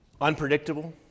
unpredictable